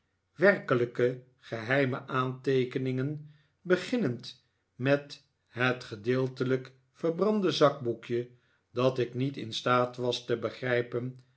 werkelijke geheime aanteekeningen beginnend met het gedeeltelijk verbrande zakboekje dat ik niet in staat was te begrijpen